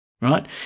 Right